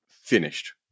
finished